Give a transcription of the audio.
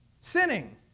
Sinning